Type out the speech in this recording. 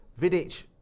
Vidic